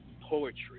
poetry